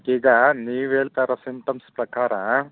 ಈಗಾ ನೀವು ಹೇಳ್ತಾ ಇರೋ ಸಿಮ್ಟಮ್ಸ್ ಪ್ರಕಾರ